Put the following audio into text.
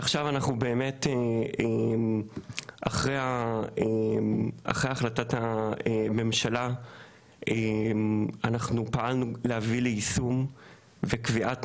באמת אחרי החלטת הממשלה אנחנו פעלנו להביא ליישום וקביעת